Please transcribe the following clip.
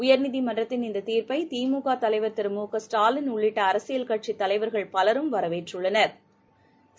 உயர்நீதிமன்றத்தின் இந்ததீர்ப்பைதிமுகதலைவர் திரு மு க ஸ்டாலின் உள்ளிட்டஅரசியல் கட்சித் தலைவா்கள் பலரும் வரவேற்றுள்ளனா்